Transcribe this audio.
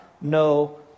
no